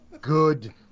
Good